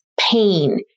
pain